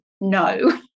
no